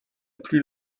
plus